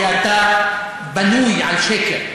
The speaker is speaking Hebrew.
כי אתה בנוי על שקר,